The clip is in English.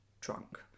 drunk